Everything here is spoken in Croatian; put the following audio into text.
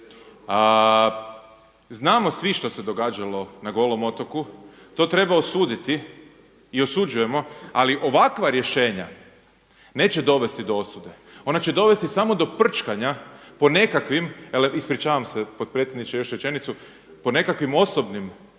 Znamo svi što se događalo na Golom otoku, to treba osuditi i osuđujemo. Ali ovakva rješenja neće dovesti do osude. Ona će dovesti samo do prčkanja po nekakvim ispričavam se potpredsjedniče još rečenicu, po nekakvim osobnim bolovima